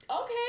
Okay